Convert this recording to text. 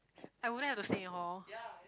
I wouldn't have to stay in hall